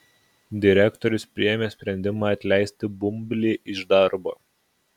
direktorius priėmė sprendimą atleisti bumblį iš darbo